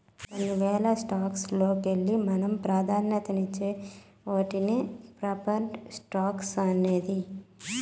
కొన్ని వేల స్టాక్స్ లోకెల్లి మనం పాదాన్యతిచ్చే ఓటినే ప్రిఫర్డ్ స్టాక్స్ అనేది